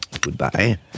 Goodbye